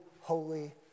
holy